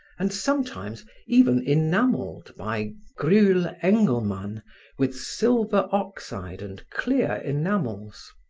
and sometimes even enamelled by gruel engelmann with silver oxide and clear enamels.